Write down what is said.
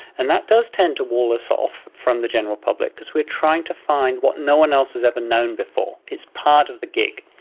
and that does tend to wall us off from the general public, because we are trying to find what no one else has ever known before. it's part of the gig.